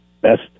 best